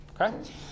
okay